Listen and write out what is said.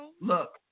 Look